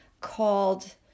called